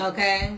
Okay